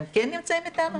הם נמצאים איתנו?